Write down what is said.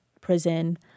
prison